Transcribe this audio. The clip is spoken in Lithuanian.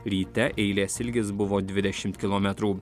ryte eilės ilgis buvo dvidešimt kilometrų